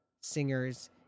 singers